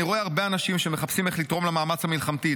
אני רואה הרבה אנשים שמחפשים איך לתרום למאמץ המלחמתי,